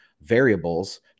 variables